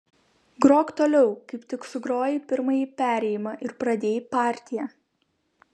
grok toliau kaip tik sugrojai pirmąjį perėjimą ir pradėjai partiją